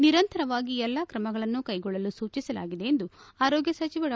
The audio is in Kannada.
ನಿರಂತರವಾಗಿ ಎಲ್ಲ ಕ್ರಮಗಳನ್ನು ಕೈಗೊಳ್ಳಲು ಸೂಚಿಸಲಾಗಿದೆ ಎಂದು ಆರೋಗ್ಣ ಸಚಿವ ಡಾ